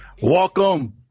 Welcome